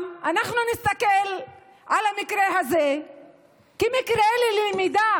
אנחנו נסתכל על המקרה הזה כמקרה למידה